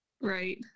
Right